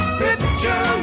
picture